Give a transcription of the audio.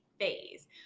phase